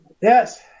Yes